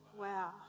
Wow